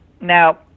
Now